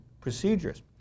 procedures